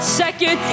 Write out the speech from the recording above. second